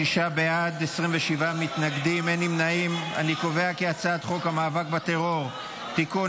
את הצעת חוק המאבק בטרור (תיקון,